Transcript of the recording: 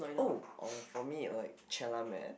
oh uh for me like Chalamet